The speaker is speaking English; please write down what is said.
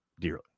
dearly